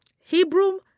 Hebrew